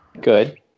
Good